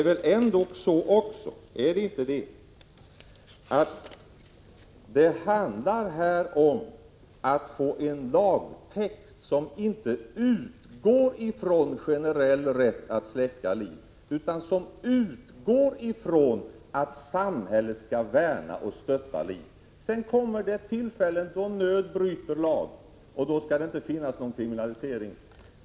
Är det inte också så att det här handlar om att få en lagtext som inte utgår ifrån en generell rätt att släcka liv utan som utgår ifrån att samhället skall värna och stötta liv? Sedan kommer det tillfällen då nöd bryter lag, och då skall det inte finnas någon kriminalisering.